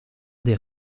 des